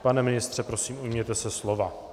Pane ministře, prosím, ujměte se slova.